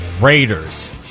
Raiders